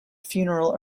funeral